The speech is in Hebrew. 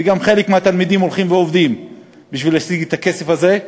וחלק מהתלמידים עובדים בשביל להשיג את הכסף הזה.